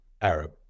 Arab